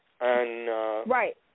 Right